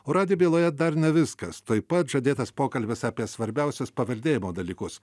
o radijo byloje dar ne viskas tuoj pat žadėtas pokalbis apie svarbiausius paveldėjimo dalykus